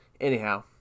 anyhow